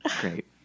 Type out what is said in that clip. Great